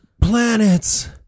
planets